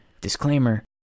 Disclaimer